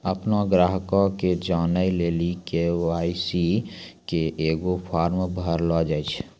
अपनो ग्राहको के जानै लेली के.वाई.सी के एगो फार्म भरैलो जाय छै